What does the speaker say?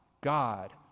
God